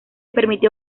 permitió